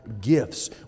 gifts